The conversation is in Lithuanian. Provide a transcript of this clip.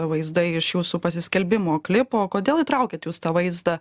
vaizdai iš jūsų pasiskelbimo klipo kodėl įtraukėt jūs tą vaizdą